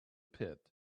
pit